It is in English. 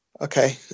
okay